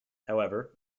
however